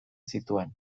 zituen